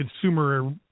consumer